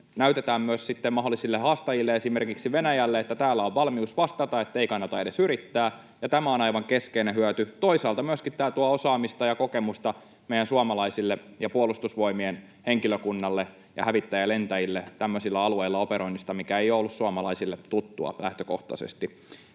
näytetään myös sitten mahdollisille haastajille, esimerkiksi Venäjälle, että täällä on valmius vastata, että ei kannata edes yrittää, ja tämä on aivan keskeinen hyöty. Toisaalta myöskin tämä tuo osaamista ja kokemusta meille suomalaisille, Puolustusvoimien henkilökunnalle ja hävittäjälentäjille, tämmöisillä alueilla operoinnista, mikä ei ole ollut suomalaisille tuttua lähtökohtaisesti.